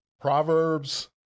Proverbs